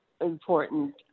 important